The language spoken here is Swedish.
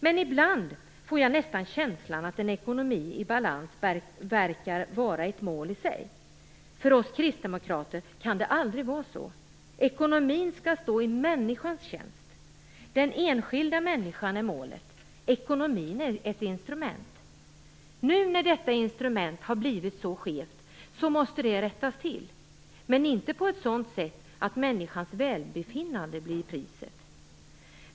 Men ibland får jag nästan känslan att en ekonomi i balans är ett mål i sig. För oss kristdemokrater kan det aldrig vara så. Ekonomin skall stå i människans tjänst. Den enskilda människan är målet. Ekonomin är ett instrument. Nu när detta instrument har blivit så skevt, måste det rättas till, men inte på ett sådant sätt att människans välbefinnande blir priset.